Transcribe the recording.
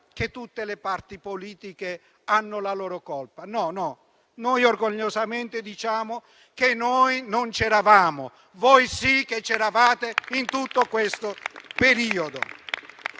che tutte le parti politiche hanno la loro colpa. No, noi orgogliosamente diciamo che noi non c'eravamo, mentre voi c'eravate in tutto quel periodo.